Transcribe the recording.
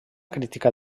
crítica